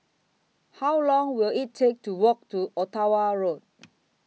How Long Will IT Take to Walk to Ottawa Road